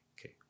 okay